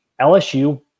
LSU